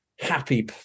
Happy